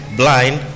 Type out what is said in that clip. blind